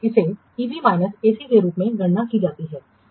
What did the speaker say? इसे EV minus AC के रूप में गणना की जाती है यह क्या दर्शाता है